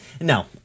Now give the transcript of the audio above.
No